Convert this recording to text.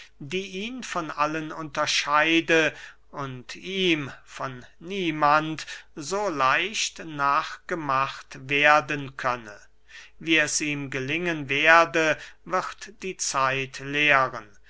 die ihn von allen unterscheide und ihm von niemand so leicht nachgemacht werden könne wie es ihm gelingen werde wird die zeit lehren